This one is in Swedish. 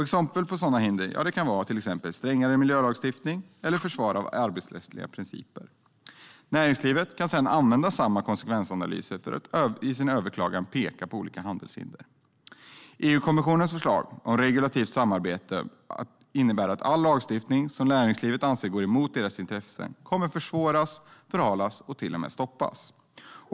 Exempel på sådana hinder kan vara strängare miljölagstiftning eller försvar av arbetsrättsliga principer. Näringslivet kan sedan använda samma konsekvensanalyser för att i en överklagan peka på olika handelshinder. EU-kommissionens förslag om regulativt samarbete innebär att all lagstiftning som näringslivet anser går emot deras intressen kommer att försvåras, förhalas eller till och med stoppas.